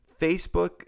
Facebook